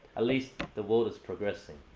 at least, the world is progressing.